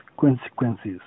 consequences